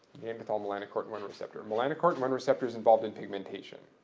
neanderthal melanocortin one receptor. and melanocortin one receptor is involved in pigmentation.